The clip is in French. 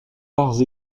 arts